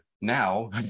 now